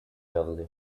early